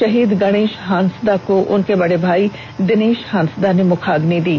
शहीद गणेष हांसदा को उनके बड़े भाई दिनेष हांसदा ने मुखाग्नि दी